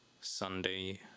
sunday